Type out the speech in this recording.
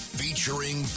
featuring